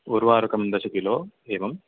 उर्वारुकं दश किलो एवम्